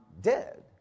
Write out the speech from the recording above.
dead